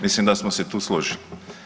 Mislim da smo se tu složili.